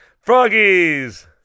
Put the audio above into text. froggies